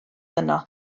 yno